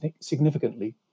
significantly